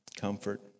comfort